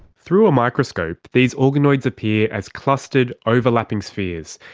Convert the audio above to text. through a microscope, these organoids appear as clustered overlapping spheres.